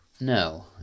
No